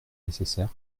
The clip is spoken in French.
nécessaire